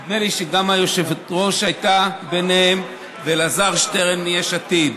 נדמה לי שגם היושבת-ראש הייתה ביניהם ואלעזר שטרן מיש עתיד,